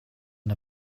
and